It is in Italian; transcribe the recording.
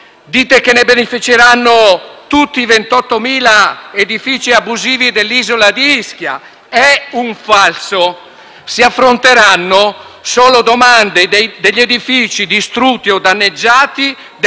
Dite che ne beneficeranno tutti i 28.000 edifici abusivi dell’isola di Ischia: è un falso. Si affronteranno solo domande relative a edifici distrutti o danneggiati dal